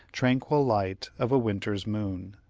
tranquil light of a winter's moon.